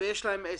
ויש להם עסק.